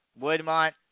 Woodmont